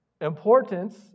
Importance